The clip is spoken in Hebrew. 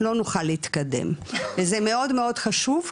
לא נוכל להתקדם וזה מאוד מאוד חשוב,